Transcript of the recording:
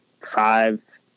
five